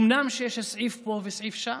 אומנם יש סעיף פה וסעיף שם,